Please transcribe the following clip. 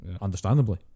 understandably